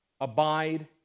abide